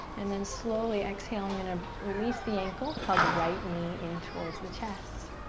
and then slowly exhale. i'm gonna release the ankle, hug right knee in towards the chest.